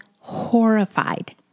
horrified